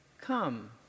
Come